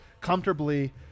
comfortably